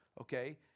Okay